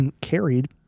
carried